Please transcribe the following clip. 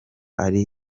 ari